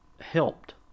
helped